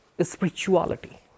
spirituality